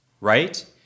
right